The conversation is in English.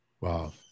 Wow